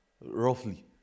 roughly